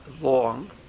long